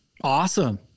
Awesome